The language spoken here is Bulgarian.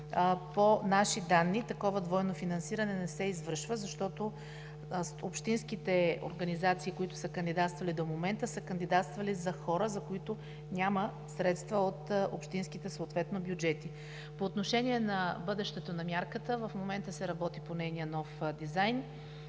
По наши данни такова двойно финансиране не се извършва, защото общинските организации, които са кандидатствали до момента, са кандидатствали за хора, за които съответно няма средства от общинските бюджети. По отношение на бъдещето на мярката. В момента се работи по нейния нов дизайн